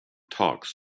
talks